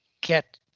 get